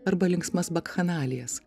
arba linksmas bakchanalijas